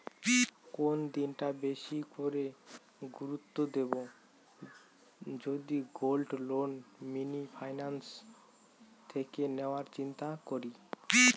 কোন দিকটা বেশি করে গুরুত্ব দেব যদি গোল্ড লোন মিনি ফাইন্যান্স থেকে নেওয়ার চিন্তা করি?